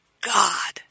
God